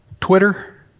Twitter